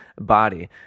body